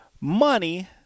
money